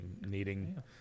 needing